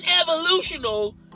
evolutional